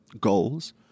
goals